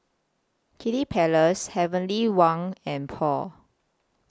Kiddy Palace Heavenly Wang and Paul